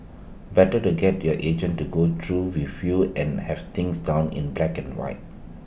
better to get your agent to go through with you and have things down in black and white